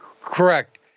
correct